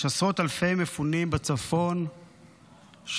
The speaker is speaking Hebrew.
יש עשרות אלפי מפונים מהצפון שעדיין